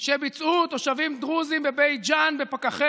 שביצעו תושבים דרוזים בבית ג'ן בפקחי